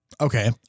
Okay